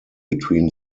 between